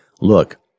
look